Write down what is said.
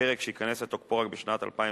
פרק שייכנס לתוקפו רק בשנת 2015,